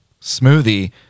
smoothie